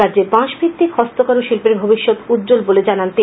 রাজ্যে বাঁশ ভিত্তিক হস্ত কারু শিল্পের ভবিষ্যত উজ্জ্বল বলে জানান তিনি